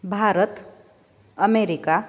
भारतम् अमेरिका